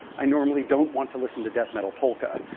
i normally don't want to listen to def metal polka,